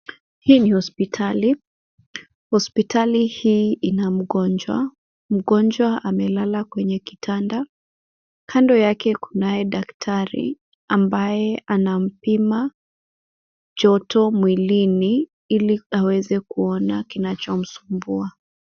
Hii ni hospitali. Hospitali hii ina mgonjwa. Mgonjwa amelala kwenye kitanda. Kando yake kunaye daktari ambaye anampima joto mwilini ili aweze kuona kinachomsumbua.